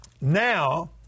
now